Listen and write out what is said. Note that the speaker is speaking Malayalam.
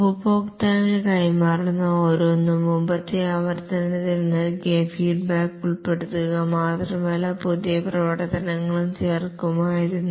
ഉപഭോക്താവിന് കൈമാറാവുന്ന ഓരോന്നും മുമ്പത്തെ ആവർത്തനത്തിൽ നൽകിയ ഫീഡ്ബാക്ക് ഉൾപ്പെടുത്തുക മാത്രമല്ല പുതിയ പ്രവർത്തനങ്ങളും ചേർക്കുമായിരുന്നു